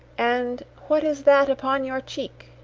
and what is that upon your cheek?